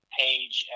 page